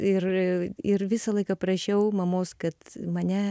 ir ir visą laiką prašiau mamos kad mane